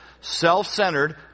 Self-centered